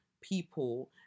people